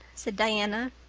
said diana.